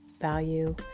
value